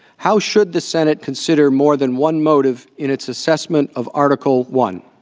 how should the senate consider more than one motive in its assessment of article one?